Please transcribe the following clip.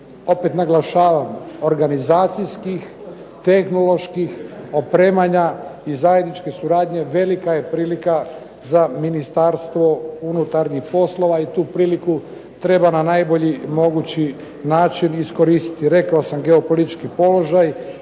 opet naglašavam, organizacijskih, tehnoloških opremanja i zajedničke suradnje velika je prilika za Ministarstvo unutarnjih poslova i tu priliku treba na najbolji mogući način iskoristiti. Rekao sam geopolitički položaj,